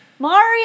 Mario